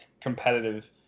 competitive